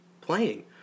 playing